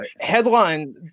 headline